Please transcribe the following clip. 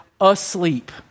asleep